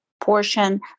portion